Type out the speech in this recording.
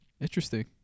interesting